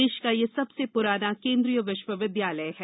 देश का यह सबसे पुराना केंद्रीय विश्वविद्यालय है